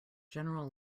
general